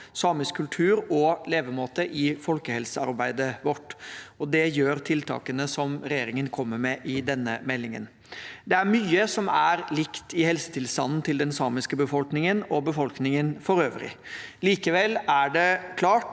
samisk kultur og levemåte i folkehelsearbeidet vårt. Det gjør tiltakene som regjeringen kommer med i denne meldingen. Det er mye som er likt i helsetilstanden til den samiske befolkningen og befolkningen for øvrig. Likevel er det klart